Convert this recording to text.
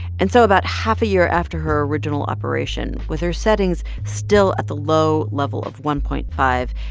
and so about half a year after her original operation, with her settings still at the low level of one point five,